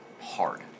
hard